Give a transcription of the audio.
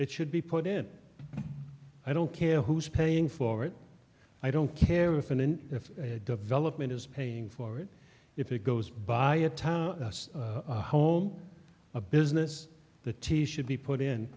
it should be put in i don't care who's paying for it i don't care if and if development is paying for it if it goes by a town home a business the teacher should be put in